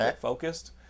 focused